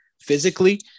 physically